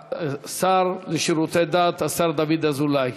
השר לשירותי דת דוד אזולאי.